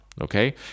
okay